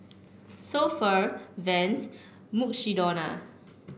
So Pho Vans and Mukshidonna